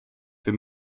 wir